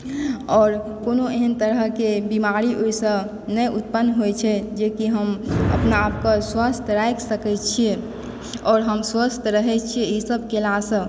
आओर कोनो एहन तरहकेँ बीमारी ओहिसँ नहि उत्पन्न होए छै जेकि हम अपना आपके स्वस्थ राखि सकए छिऐ आओर हम स्वस्थ रहए छिऐ ई सब केलासंँ